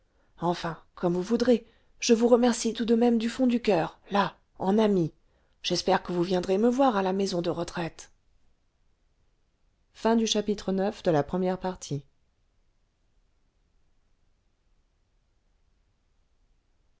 enfin comme vous voudrez je vous remercie tout de même du fond du coeur là eu ami j'espère que vous viendrez me voir à la maison de retraite